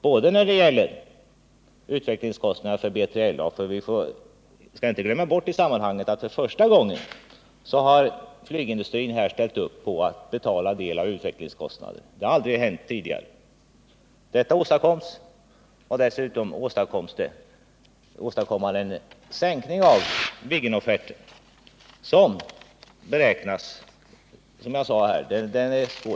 Detta gällde även utvecklingskostnaderna för B3LA. Vi skall inte glömma bort i sammanhanget att för första gången har flygindustrin ställt upp för att betala en del av utvecklingskostnaderna. Det har aldrig hänt tidigare. Dessutom åstadkom man en sänkning i fråga om Viggenofferten.